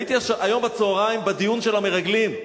הייתי היום בצהריים בדיון של המרגלים.